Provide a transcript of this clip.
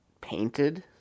Painted